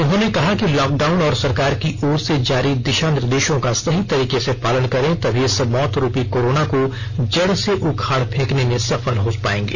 उन्होंने कहा कि लॉकडाउन और सरकार की ओर से जारी दिशा निर्देशों का सही तरीके से पालन करें तभी इस मौत रूपी कोरोना को जड़ से उखाड़ फेंकने में सफल हो पाएंगे